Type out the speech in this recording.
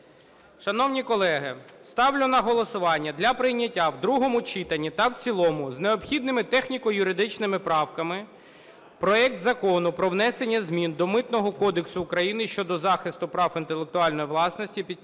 Шановні колеги, ставлю на голосування для прийняття в другому читанні та в цілому з необхідними техніко-юридичними правками проект Закону про внесення змін до Митного кодексу України щодо захисту прав інтелектуальної власності під час